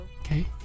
Okay